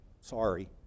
Sorry